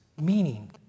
meaning